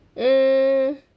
mm